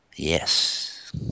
Yes